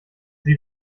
sie